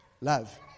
Love